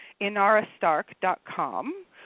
inarastark.com